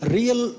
Real